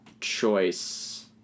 choice